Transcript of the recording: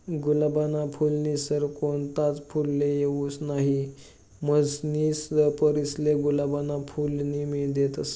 गुलाबना फूलनी सर कोणताच फुलले येवाऊ नहीं, म्हनीसन पोरीसले गुलाबना फूलनी उपमा देतस